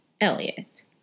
Elliot